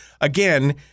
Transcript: again